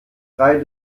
drei